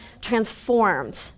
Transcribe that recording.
transformed